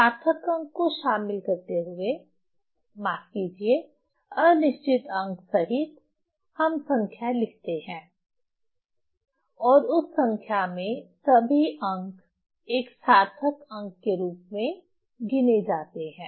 सार्थक अंक को शामिल करते हुए माफ कीजिए अनिश्चित अंक सहित हम संख्या लेते हैं और उस संख्या में सभी अंक एक सार्थक अंक के रूप में गिने जाते हैं